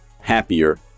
happier